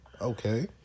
Okay